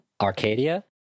Arcadia